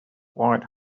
white